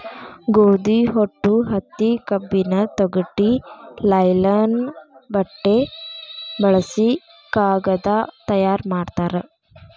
ಗೋದಿ ಹೊಟ್ಟು ಹತ್ತಿ ಕಬ್ಬಿನ ತೊಗಟಿ ಲೈಲನ್ ಬಟ್ಟೆ ಬಳಸಿ ಕಾಗದಾ ತಯಾರ ಮಾಡ್ತಾರ